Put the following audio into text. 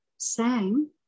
sang